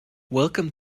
welcome